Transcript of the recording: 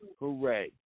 hooray